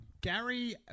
Gary